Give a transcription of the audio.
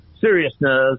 seriousness